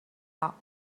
thought